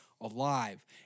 alive